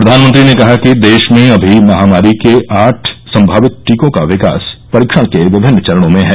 प्रधानमंत्री ने कहा कि देश में अभी महामारी के आठ संमावित टीकों का विकास परीक्षण के विभिन्न चरणों में है